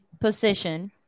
position